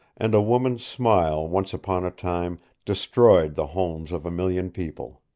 and a woman's smile once upon a time destroyed the homes of a million people.